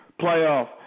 playoff